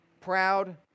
proud